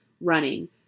running